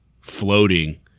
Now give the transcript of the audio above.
floating